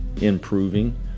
improving